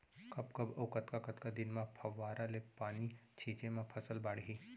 कब कब अऊ कतका कतका दिन म फव्वारा ले पानी छिंचे म फसल बाड़ही?